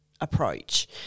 approach